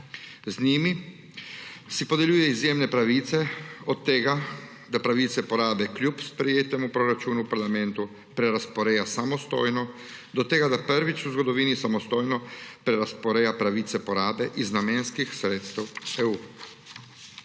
Z njim si podeljuje izjemne pravice; od tega, da pravice porabe kljub sprejetemu proračunu v parlamentu prerazporeja samostojno, do tega, da prvič v zgodovini samostojno prerazporeja pravice porabe iz namenskih sredstev EU.